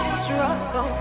struggle